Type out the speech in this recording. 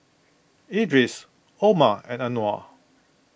Idris Omar and Anuar